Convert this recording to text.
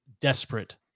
desperate